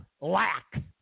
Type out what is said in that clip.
Lack